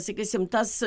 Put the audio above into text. sakysim tas